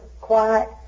quiet